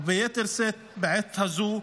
וביתר שאת בעת הזו,